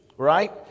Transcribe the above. Right